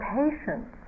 patience